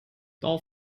der